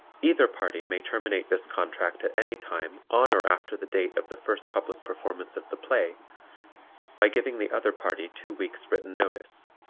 either party may terminate this contract at any time on or after the date of the first public performance of the play by giving the other party two weeks' written notice.